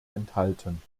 enthalten